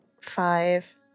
five